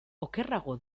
okerrago